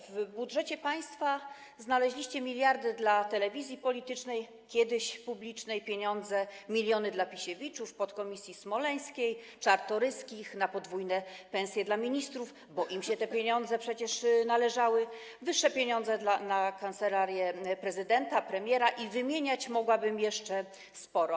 W budżecie państwa znaleźliście miliardy dla telewizji politycznej, kiedyś publicznej, pieniądze, miliony dla Pisiewiczów, podkomisji smoleńskiej, na Czartoryskich, na podwójne pensje dla ministrów, bo im się te pieniądze przecież należały, wyższe pieniądze na kancelarię prezydenta, premiera i wymieniać mogłabym jeszcze sporo.